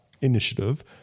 initiative